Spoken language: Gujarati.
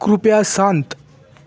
કૃપયા શાંત